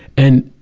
and,